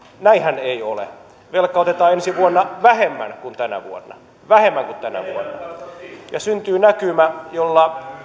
näinhän ei ole velkaa otetaan ensi vuonna vähemmän kuin tänä vuonna vähemmän kuin tänä vuonna ja syntyy näkymä jossa